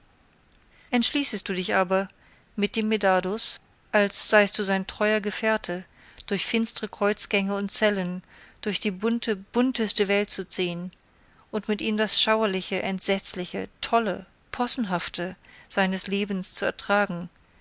entschließest du dich aber mit dem medardus als seist du sein treuer gefährte durch finstre kreuzgänge und zellen durch die bunte bunteste welt zu ziehen und mit ihm das schauerliche entsetzliche tolle possenhafte seines lebens zu ertragen